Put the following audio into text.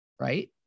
Right